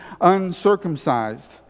uncircumcised